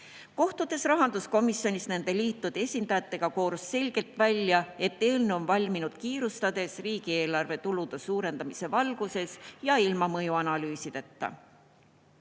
rahanduskomisjonis nende liitude esindajatega, koorus selgelt välja, et eelnõu on valminud kiirustades, riigieelarve tulude suurendamise valguses ja ilma mõjuanalüüsideta.